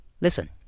listen